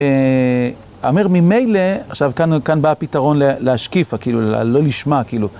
אומר, ממילא, עכשיו כאן בא הפתרון להשקיף, כאילו, לא לשמע, כאילו.